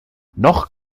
noch